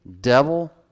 devil